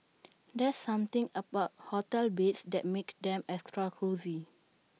there's something about hotel beds that makes them extra cosy